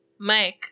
Mike